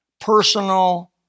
personal